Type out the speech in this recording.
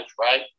right